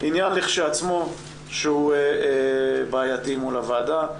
ענין לכשעצמו שהוא בעייתי מול הוועדה.